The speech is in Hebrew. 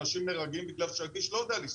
אנשים נהרגים בגלל שהכביש לא יודע לשרוד,